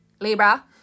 Libra